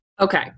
Okay